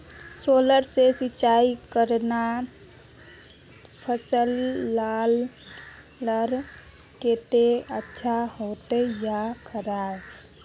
Solar से सिंचाई करना फसल लार केते अच्छा होचे या खराब?